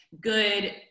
good